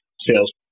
sales